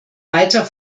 weiter